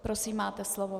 Prosím, máte slovo.